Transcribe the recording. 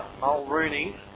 Mulrooney